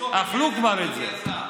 כבר אכלו את זה.